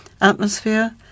Atmosphere